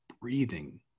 breathing